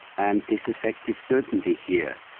and this effect is certainly here.